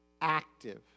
active